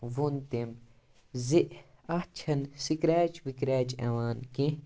ووٚن تٔمۍ زِ اَتھ چھَنہٕ سِکریچ وِکریچ یِوان کیٚنٛہہ